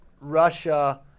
Russia